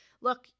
look